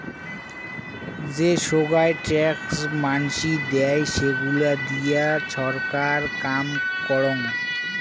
যে সোগায় ট্যাক্স মানসি দেয়, সেইগুলা দিয়ে ছরকার কাম করং